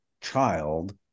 child